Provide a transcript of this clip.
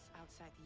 outside